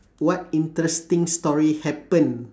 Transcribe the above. what interesting story happened